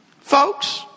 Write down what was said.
folks